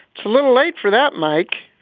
it's a little late for that, mike.